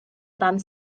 dan